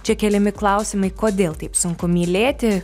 čia keliami klausimai kodėl taip sunku mylėti